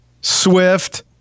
Swift